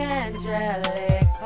angelic